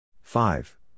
five